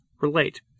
relate